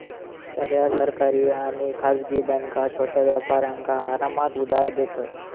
सगळ्या सरकारी आणि खासगी बॅन्का छोट्या व्यापारांका आरामात उधार देतत